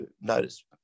notice